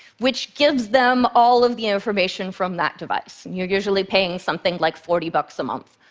which gives them all of the information from that device. and you're usually paying something like forty bucks a month.